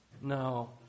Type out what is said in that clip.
No